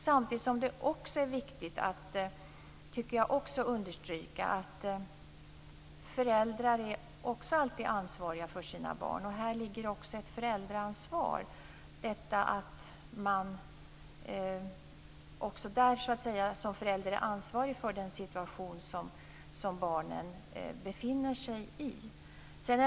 Samtidigt är det också viktigt att understryka att föräldrar alltid är ansvariga för sina barn. Här ligger också ett föräldraansvar. Som förälder är man ansvarig för den situation som barn befinner sig i.